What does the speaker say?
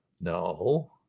No